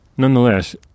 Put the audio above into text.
Nonetheless